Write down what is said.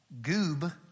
goob